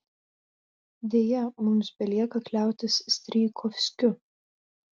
deja mums belieka kliautis strijkovskiu